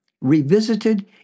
Revisited